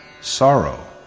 sorrow